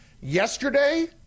Yesterday